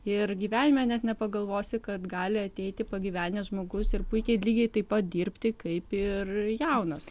ir gyvenime net nepagalvosi kad gali ateiti pagyvenęs žmogus ir puikiai lygiai taip pat dirbti kaip ir jaunas